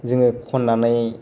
जोङो खननानै